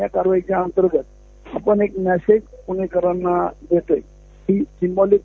या कारवाईच्या अंतर्गत आपण एक मेसेज पुणेकरांना देतो आहोत